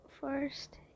first